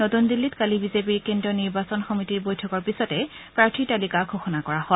নতুন দিল্লীত কালি বিজেপিৰ কেন্দ্ৰীয় নিৰ্বাচন সমিতিৰ বৈঠকৰ পিছতে প্ৰাৰ্থীৰ তালিকা ঘোষণা কৰা হয়